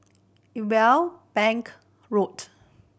Irwell Bank Road